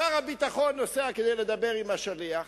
שר הביטחון נוסע כדי לדבר עם השליח.